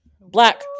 Black